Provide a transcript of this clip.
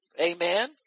Amen